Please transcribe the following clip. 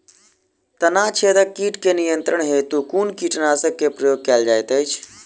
तना छेदक कीट केँ नियंत्रण हेतु कुन कीटनासक केँ प्रयोग कैल जाइत अछि?